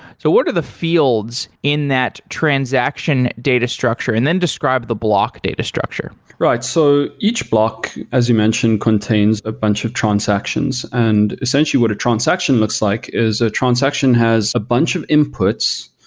so what are the fields in that transaction data structure and then describe the block data structure right. so each block as you mentioned contains a bunch of transactions. and essentially, what a transaction looks like is a transaction has a bunch of inputs,